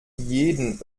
jeden